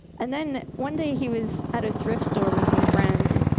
and then one day he was at a thrift store with some friends,